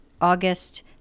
August